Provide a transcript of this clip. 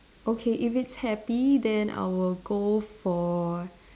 okay if it's happy then I will go for